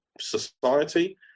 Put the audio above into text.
society